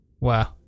Wow